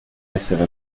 essere